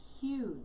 huge